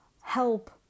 help